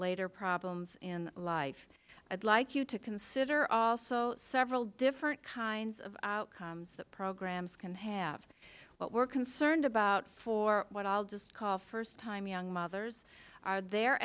later problems in life i'd like you to consider also several different kinds of outcomes that programs can have what we're concerned about for what i'll just call first time young mothers are their